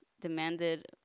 demanded